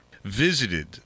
visited